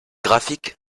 graphique